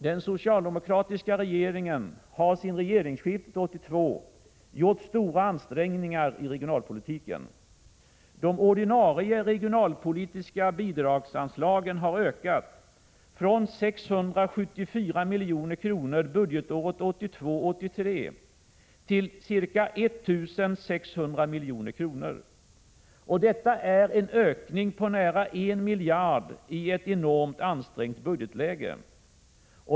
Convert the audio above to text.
Den socialdemokratiska regeringen har sedan regeringsskiftet 1982 gjort stora ansträngningar i regionalpolitiken. De ordinarie regionalpolitiska bidragsanslagen har ökat — från 674 milj.kr. budgetåret 1982 86. Detta är en ökning på nära 1 miljard per år i ett enormt ansträngt budgetläge.